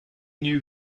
knew